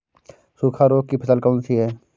सूखा रोग की फसल कौन सी है?